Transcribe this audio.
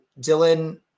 Dylan